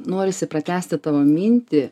norisi pratęsti tavo mintį